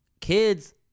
kids